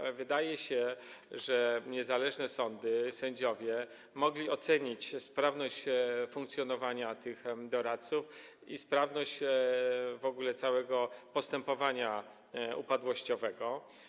I wydaje się, że niezależne sądy, sędziowie mogli ocenić sprawność funkcjonowania tych doradców i w ogóle sprawność całego postępowania upadłościowego.